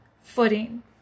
footing